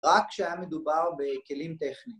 ‫רק כשהיה מדובר בכלים טכניים.